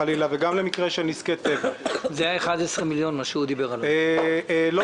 בנוגע לאירועים האחרונים שהיו בנהרייה, באמת באה